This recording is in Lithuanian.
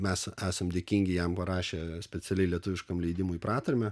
mes esam dėkingi jam parašę specialiai lietuviškam leidimui pratarmę